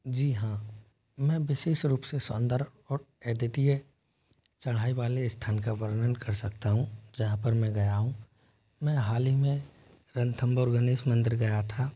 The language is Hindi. जी हाँ मैं विशेष रूप से सौन्दर्य और अद्वितीय चढ़ाई वाले स्थान का वर्णन कर सकता हूँ जहाँ पर मैं गया हूँ मैं हाल ही में रणथंबोर गणेश मंदिर गया था